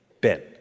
Ben